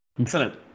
Excellent